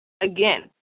Again